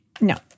No